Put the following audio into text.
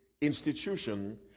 institution